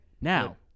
Now